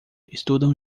estudam